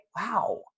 Wow